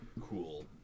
cool